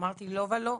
אמרתי: לא ולא,